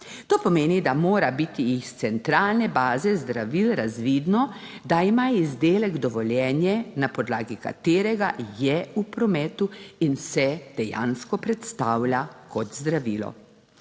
To pomeni, da mora biti iz centralne baze zdravil razvidno, da ima izdelek dovoljenje, na podlagi katerega je v prometu in se dejansko predstavlja kot zdravilo.